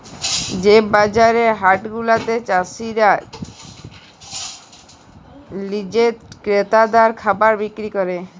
যে বাজার হাট গুলাতে চাসিরা লিজে ক্রেতাদের খাবার বিক্রি ক্যরে